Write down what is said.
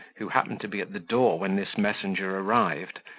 who happened to be at the door when this messenger arrived,